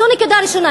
זו נקודה ראשונה.